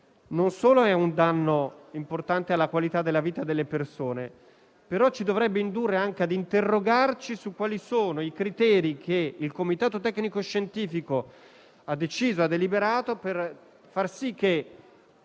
non solo è un danno importante alla qualità della vita delle persone, ma ci dovrebbe indurre anche ad interrogarci sui criteri che il Comitato tecnico-scientifico ha deciso e deliberato per far sì che